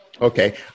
Okay